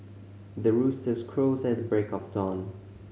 the roosters crows at the break of dawn